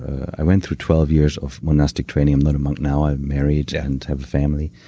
i went through twelve years of monastic training. i'm not a monk. now, i'm married and have a family.